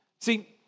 See